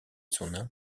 son